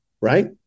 right